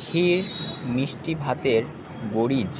ক্ষীর মিষ্টি ভাতের পরিজ